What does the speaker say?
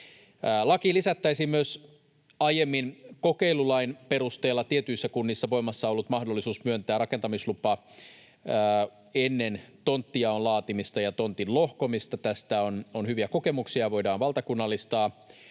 Lakiin lisättäisiin myös aiemmin kokeilulain perusteella tietyissä kunnissa voimassa ollut mahdollisuus myöntää rakentamislupa ennen tonttijaon laatimista ja tontin lohkomista. Tästä on hyviä kokemuksia, ja tämä voidaan valtakunnallistaa.